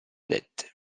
dette